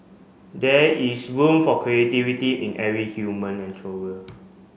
there is room for creativity in every human